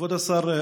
כבוד השר,